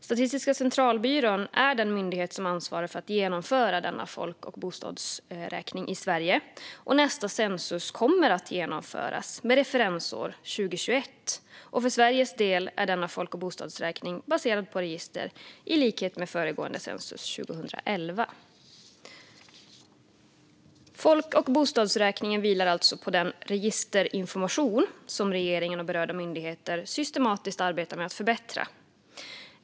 Statistiska centralbyrån är den myndighet som ansvarar för att genomföra denna folk och bostadsräkning i Sverige. Nästa census kommer att genomföras med referensåret 2021. För Sveriges del är denna folk och bostadsräkning baserad på register, i likhet med föregående census 2011. Folk och bostadsräkningen vilar alltså på den registerinformation som regeringen och berörda myndigheter systematiskt arbetar med att förbättra.